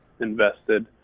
invested